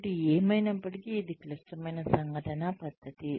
కాబట్టి ఏమైనప్పటికీ ఇది క్లిష్టమైన సంఘటన పద్ధతి